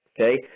okay